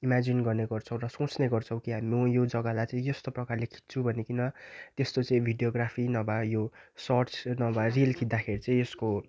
Imagine गर्ने गर्छौँ र सोच्ने गर्छौँ म यो जग्गालाई चाहिँ यस्तो प्रकारले खिच्छु भनिकन त्यस्तो चाहिँ भिडियोग्राफी नभए यो सट्स नभए रिल खिच्दाखेरि चाहिँ यस्को